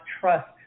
trust